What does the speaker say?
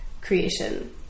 creation